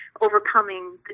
overcoming